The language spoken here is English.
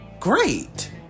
great